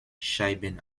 scheiben